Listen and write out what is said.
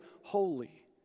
holy